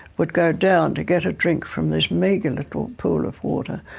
would go down to get a drink from this meagre little pool of water,